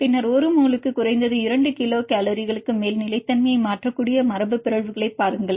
பின்னர் ஒரு மோலுக்கு குறைந்தது 2 கிலோகோலுக்கு மேல் நிலைத்தன்மையை மாற்றக்கூடிய மரபுபிறழ்வுகளைப் பாருங்கள்